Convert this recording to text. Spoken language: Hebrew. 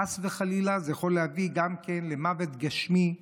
חס וחלילה זה יכול להביא גם כן למוות גשמי,